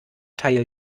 teil